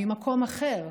ממקום אחר,